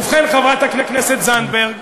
ובכן, חברת הכנסת זנדברג,